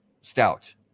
stout